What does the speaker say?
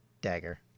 dagger